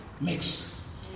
mix